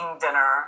dinner